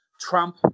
Trump